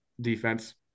defense